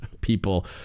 people